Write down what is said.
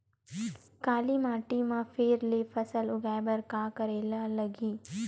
काली माटी म फेर ले फसल उगाए बर का करेला लगही?